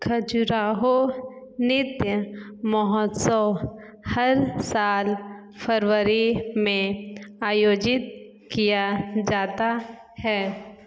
खजुराहो नृत्य महोत्सव हर साल फरवरी में आयोजित किया जाता है